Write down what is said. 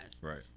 Right